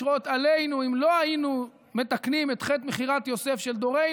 לשרות עלינו אם לא היינו מתקנים את חטא מכירת יוסף של דורנו.